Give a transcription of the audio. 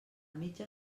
mitja